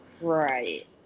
Right